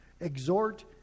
Exhort